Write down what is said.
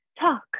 talk